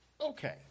Okay